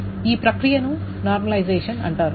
ఆ ప్రక్రియను నార్మలైజెషన్ అంటారు